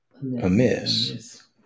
amiss